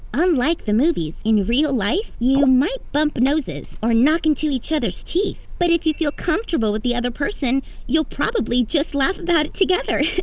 unlike the movies, in real life you might bump noses or knock into each other's teeth, but if you feel comfortable with the other person you'll probably just laugh about it together.